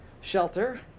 Shelter